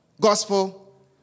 gospel